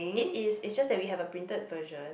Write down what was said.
it is it's just that we have a printed version